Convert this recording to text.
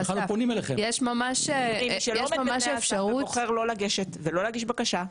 אם יש מי שבוחר לא לגשת ולא להגיש בקשה,